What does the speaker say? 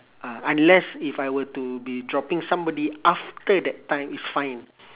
uh unless if I were to be dropping somebody after that time it's fine